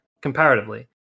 comparatively